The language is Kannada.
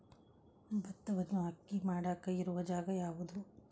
ಭತ್ತವನ್ನು ಅಕ್ಕಿ ಮಾಡಾಕ ಇರು ಜಾಗ ಯಾವುದು?